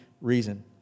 reason